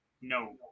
No